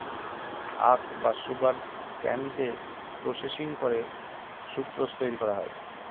আখ বা সুগারকেনকে প্রসেসিং করে সুক্রোজ তৈরি করা হয়